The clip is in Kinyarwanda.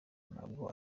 ntabwo